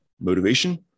motivation